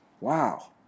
Wow